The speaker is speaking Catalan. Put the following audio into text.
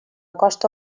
costa